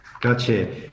Gotcha